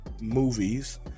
movies